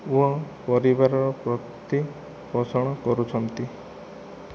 ଓ ପରିବାରର ପ୍ରତିପୋଷଣ କରୁଛନ୍ତି